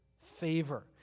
favor